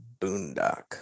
Boondock